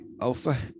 alpha